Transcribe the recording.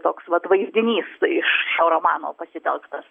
toks vat vaizdinys iš šio romano pasitelktas